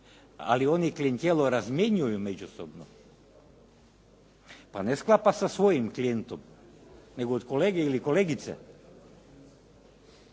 Ali oni klijentelu razmjenjuju međusobno, pa ne sklapa sa svojim klijentom nego od kolege ili kolegice.